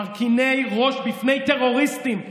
מרכיני ראש בפני טרוריסטים.